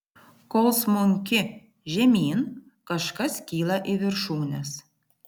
kol smunki žemyn kažkas kyla į viršūnes